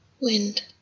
wind